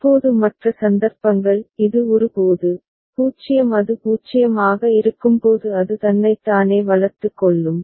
இப்போது மற்ற சந்தர்ப்பங்கள் இது ஒரு போது 0 அது 0 ஆக இருக்கும்போது அது தன்னைத் தானே வளர்த்துக் கொள்ளும்